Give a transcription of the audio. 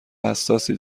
حساسی